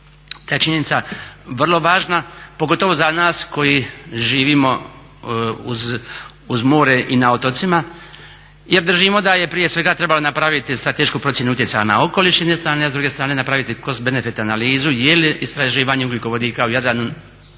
ta je činjenica vrlo važna pogotovo za nas koji živimo uz more i na otocima jer držimo da je prije svega trebalo napraviti stratešku procjenu utjecaja na okoliš s jedne strane a s druge strane napraviti kroz benefit analizu je li istraživanje ugljikovodika u Jadranu